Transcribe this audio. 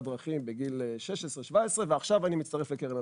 דרכים בגיל 17-16 ועכשיו אני מצטרף לקרן הפנסיה.